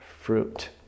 fruit